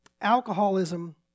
alcoholism